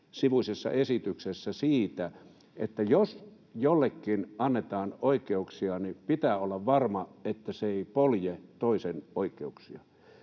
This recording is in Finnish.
187-sivuisessa esityksessä, että jos jollekin annetaan oikeuksia, niin pitää olla varma, että se ei polje toisen oikeuksia.